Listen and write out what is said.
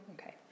Okay